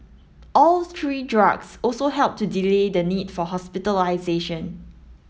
all three drugs also helped to delay the need for hospitalisation